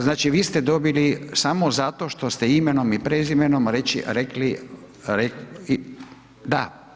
Znači vi ste dobili samo zato što ste imenom i prezimenom rekli, rekli, da.